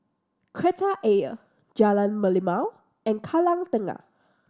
Kreta Ayer Jalan Merlimau and Kallang Tengah